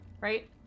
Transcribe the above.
right